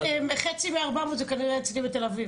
חצי מה-400 הם כנראה אצלי בתל אביב.